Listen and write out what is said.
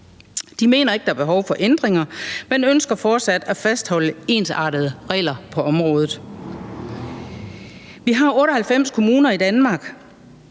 De mener ikke, der er behov for ændringer, men ønsker fortsat at fastholde ensartede regler på området. Vi har 98 kommuner i Danmark,